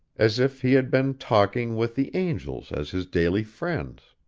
as if he had been talking with the angels as his daily friends.